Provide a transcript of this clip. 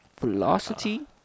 Velocity